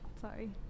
Sorry